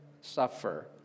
Suffer